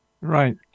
Right